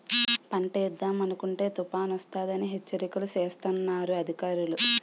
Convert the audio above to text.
పంటేద్దామనుకుంటే తుపానొస్తదని హెచ్చరికలు సేస్తన్నారు అధికారులు